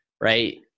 right